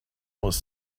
was